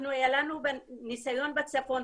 היה לנו ניסיון בצפון,